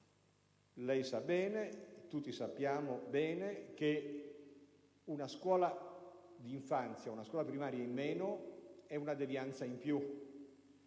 lei sa bene, tutti lo sappiamo, che una scuola d'infanzia, una scuola primaria in meno è una devianza in più.